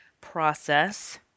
process